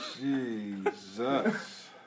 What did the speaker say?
Jesus